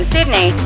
Sydney